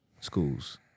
schools